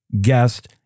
guest